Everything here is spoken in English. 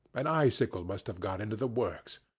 an icicle must have got into the works.